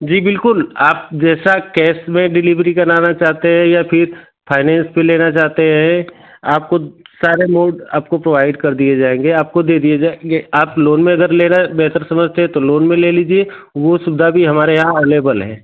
जी बिल्कुल आप जैसा कैस में डिलीवरी कराना चाहते हैं या फिर फाइनेंस पर लेना चाहते हैं आपको सारे मोड आपको प्रोवाइड कर दिए जाएँगे आपको दे दिए जाएँगे आप लोन में अगर लेना बेहतर समझते हैं तो लोन में ले लीजिए वो सुविधा भी हमारे यहाँ अवलेबल है